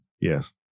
Yes